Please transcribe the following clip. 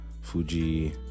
Fuji